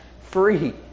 free